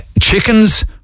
Chickens